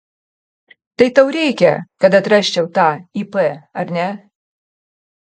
tai tau reikia kad atrasčiau tą ip ar ne